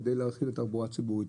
כדי להפעיל את התחבורה הציבורית,